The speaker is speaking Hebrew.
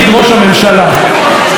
תרעננו את הלקסיקון שלכם,